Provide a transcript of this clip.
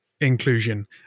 inclusion